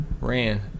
ran